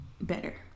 better